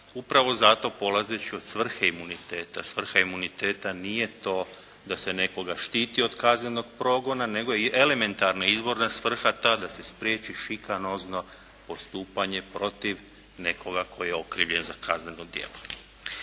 upravo zato polazeći od svrhe imuniteta, svrha imuniteta nije to da se nekoga štiti od kaznenog progona nego je elementarna izvorna svrha ta da se spriječi šikanozno postupanje protiv nekoga tko je okrivljen za kazneno djelo.